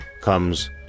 comes